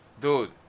Dude